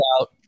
out